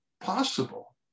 possible